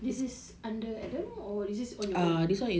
this is under adam or your own